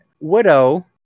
widow